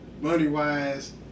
Money-wise